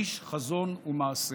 איש חזון ומעשה.